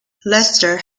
lester